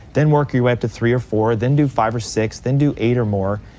then work your way up to three or four, then do five or six, then do eight or more.